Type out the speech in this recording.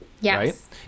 Yes